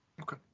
Okay